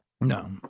No